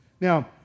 Now